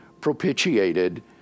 propitiated